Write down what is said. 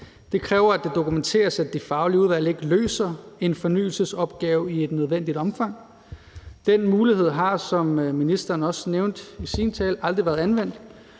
Det kræver, at det dokumenteres, at de faglige udvalg ikke løser en fornyelsesopgave i et nødvendigt omfang. Den mulighed har, som ministeren også nævnte i sin tale, aldrig været anvendt,